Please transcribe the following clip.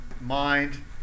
mind